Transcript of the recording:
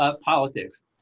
politics